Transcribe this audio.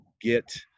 get